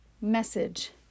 Message